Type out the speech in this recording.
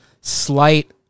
slight